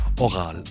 oral